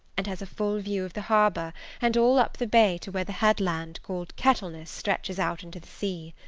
and has a full view of the harbour and all up the bay to where the headland called kettleness stretches out into the sea.